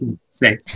say